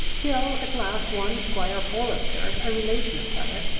till at last one squire forester, a relation of t'other,